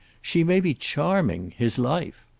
she may be charming his life!